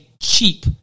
cheap